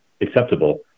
acceptable